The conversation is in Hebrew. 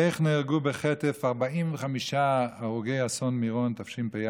איך נהרגו בחטף 45 הרוגי אסון מירון תשפ"א,